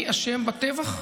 אני אשם בטבח?